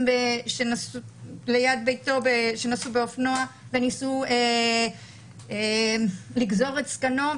שנסעו ליד ביתו באופנוע וניסו לגזור את זקנו.